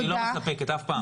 היא לא מספקת אף פעם.